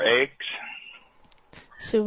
eggs